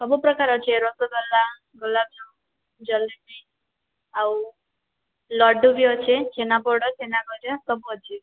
ସବୁ ପ୍ରକାର୍ ଅଛେ ରସଗୋଲା ଗୋଲାବଜାମୁନ ଜଲେବି ଆଉ ଲଡ଼ୁ ବି ଅଛେ ଛେନାପୋଡ଼ ଛେନାଗଜା ସବୁ ଅଛେ